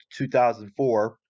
2004